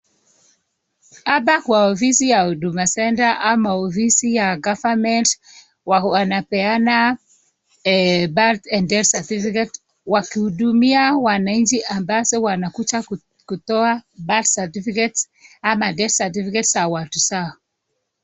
Hapa kwa ofisi ya Huduma Center ama ofisi ya (cs) government (cs) wanapeana (cs) birth and death certificates (cs) wakihudumia wanaichi ambao wanakuja kutoa (cs) birth certificates (cs) ama (cs) death certificates (cs) za watu zao.